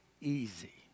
easy